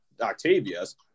octavius